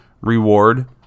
Reward